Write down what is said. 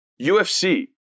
ufc